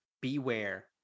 beware